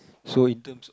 so in terms